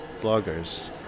bloggers